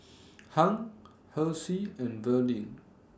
Hung Halsey and Verlyn